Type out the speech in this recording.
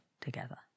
together